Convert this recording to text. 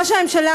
ראש הממשלה,